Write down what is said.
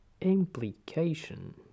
Implication